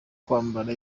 kwambara